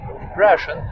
depression